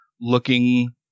looking